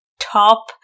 top